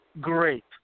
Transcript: Great